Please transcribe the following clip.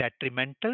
detrimental